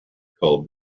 called